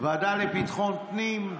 ועדה לביטחון הפנים,